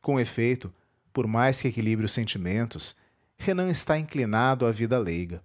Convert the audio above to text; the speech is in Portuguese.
com efeito por mais que equilibre os sentimentos renan está inclinado à vida leiga